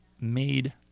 made